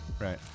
right